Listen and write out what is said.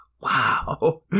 wow